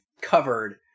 covered